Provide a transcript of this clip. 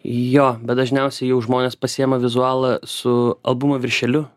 jo bet dažniausiai jau žmonės pasiima vizualą su albumo viršeliu